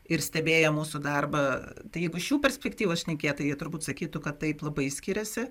ir stebėję mūsų darbą tai jeigu iš jų perspektyvos šnekėt tai jie turbūt sakytų kad taip labai skiriasi